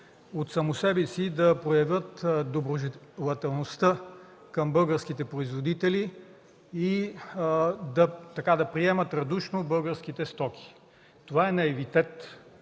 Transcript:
от само себе си да проявят доброжелателността към българските производители и да приемат радушно българските стоки. Това е наивитет.